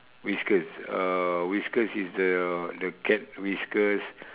whiskers uh whiskers is the cat whiskers